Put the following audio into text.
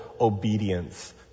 obedience